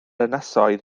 ynysoedd